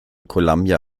columbia